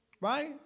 right